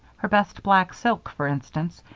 her best black silk, for instance,